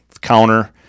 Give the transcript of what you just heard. counter